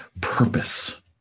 Purpose